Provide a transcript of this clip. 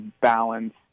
balance